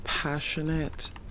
passionate